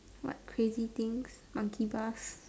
what crazy things monkey bars